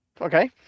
Okay